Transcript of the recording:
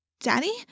Daddy